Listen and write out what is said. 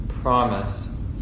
promise